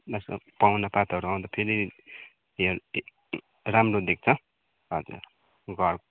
यसो पाहुना पातहरू आउँदा फेरि हेर राम्रो देख्छ हजुर घर